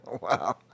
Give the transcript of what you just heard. Wow